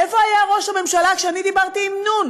איפה היה ראש הממשלה כשאני דיברתי עם נ',